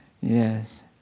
yes